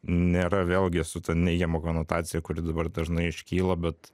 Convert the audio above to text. nėra vėlgi su ta neigiama konotacija kuri dabar dažnai iškyla bet